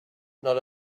not